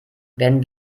werden